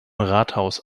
rathaus